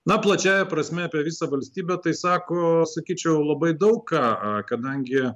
na plačiąja prasme apie visą valstybę tai sako sakyčiau labai daug ką kadangi